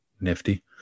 nifty